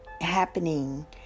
happening